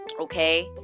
okay